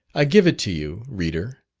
i give it to you, reader,